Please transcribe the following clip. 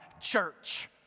church